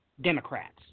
Democrats